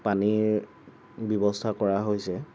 পানীৰ ব্যৱস্থা কৰা হৈছে